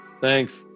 Thanks